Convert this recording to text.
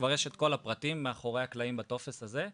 כבר יש את כל הפרטים מאחורי הקלעים בטופס הזה,